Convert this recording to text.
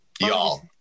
y'all